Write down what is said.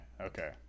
Okay